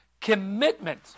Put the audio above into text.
commitment